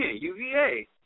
UVA